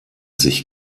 sich